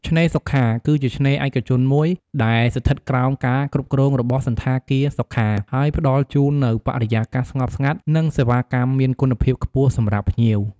ឆ្នេរសុខា គឺជាឆ្នេរឯកជនមួយ ដែលស្ថិតក្រោមការគ្រប់គ្រងដោយសណ្ឋាគារសុខា ហើយផ្តល់ជូននូវបរិយាកាសស្ងប់ស្ងាត់ និងសេវាកម្មមានគុណភាពខ្ពស់សម្រាប់ភ្ញៀវ។